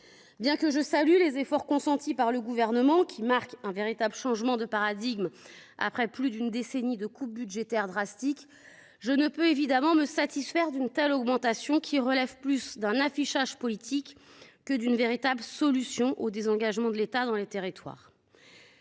Bien que je salue les efforts consentis par le Gouvernement – ils marquent un véritable changement de paradigme après plus d’une décennie de coupes budgétaires drastiques –, je ne peux évidemment me satisfaire d’une telle augmentation, qui relève plus de l’affichage politique que d’une véritable solution au désengagement de l’État dans les territoires.